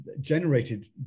generated